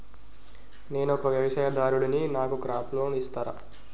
నేను ఒక వ్యవసాయదారుడిని నాకు క్రాప్ లోన్ ఇస్తారా?